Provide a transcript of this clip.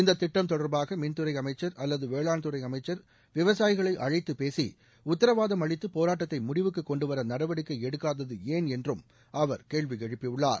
இந்த திட்டம் தொடர்பாக மின்துறை அமைச்சர் அல்லது வேளாண்குறை அமைச்சர்விவசாயிகளை அழைத்துப் பேசி உத்தரவாதம் அளித்து போராட்டத்தை முடிவுக்கு கொண்டுவர நடவடிக்கை எடுக்காதது ஏன் என்றும் அவர் கேள்வி எழுப்பியுள்ளார்